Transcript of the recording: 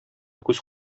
күз